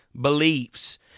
beliefs